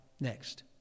next